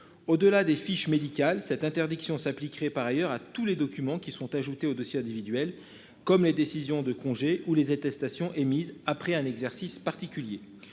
au delà des fiches médicales cette interdiction s'appliquerait par ailleurs à tous les documents qui sont ajoutées aux dossiers individuels comme les décisions de congés ou les attestations émise après un exercice particulier.